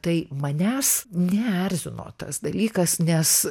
tai manęs neerzino tas dalykas nes